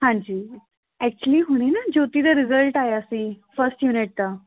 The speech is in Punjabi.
ਹਾਂਜੀ ਐਕਚੁਲੀ ਹੁਣੇ ਨਾ ਜੋਤੀ ਦਾ ਰਿਜਲਟ ਆਇਆ ਸੀ ਫਸਟ ਯੂਨਿਟ ਦਾ